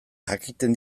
jakiten